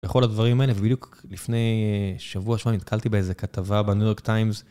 לכל הדברים האלה, ובדיוק לפני שבוע, שמע נתקלתי באיזה כתבה בניו יורק טיימס.